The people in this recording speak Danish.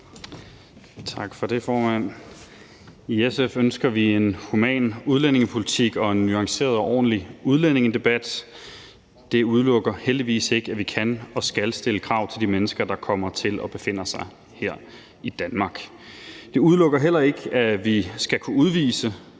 Tak for det, formand. I SF ønsker vi en human udlændingepolitik og en nuanceret og ordentlig udlændingedebat. Det udelukker heldigvis ikke, at vi kan og skal stille krav til de mennesker, der kommer til og befinder sig her i Danmark. Det udelukker heller ikke, at vi skal kunne udvise